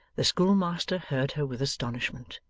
the schoolmaster heard her with astonishment.